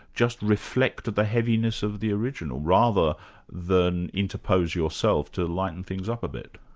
just reflect the heaviness of the original, rather than interpose yourself to lighten things up a bit?